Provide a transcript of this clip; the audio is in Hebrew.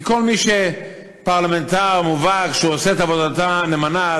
כי כל מי שהוא פרלמנטר מובהק שעושה את עבודתו נאמנה,